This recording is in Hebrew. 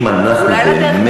אם אנחנו, אולי על הדרך מתקנים?